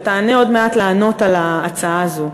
ועוד מעט אתה תעלה לענות על ההצעה הזו,